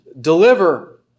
deliver